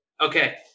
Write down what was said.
Okay